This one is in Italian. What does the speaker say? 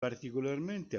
particolarmente